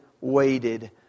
waited